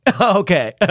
Okay